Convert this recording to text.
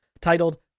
titled